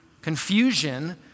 confusion